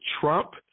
Trump